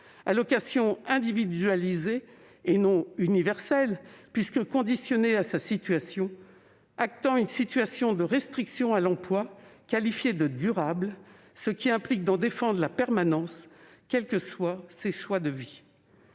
allocation individualisée et non universelle, puisque conditionnée à sa situation, actant une situation de restriction à l'emploi qualifiée de durable, ce qui implique d'en défendre la permanence, quels que soient les choix de vie.